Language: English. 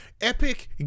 epic